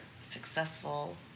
successful